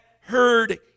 heard